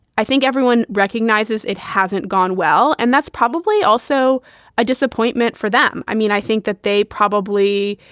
i think everyone recognizes it hasn't gone well. and that's probably also a disappointment for them. i mean, i think that they probably,